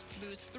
Boost